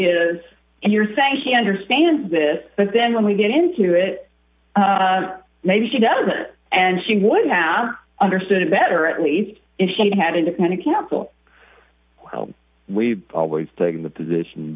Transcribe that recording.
is and you're saying he understands this but then when we get into it maybe she does and she would have understood it better at least if she had independent counsel how we've always taken the position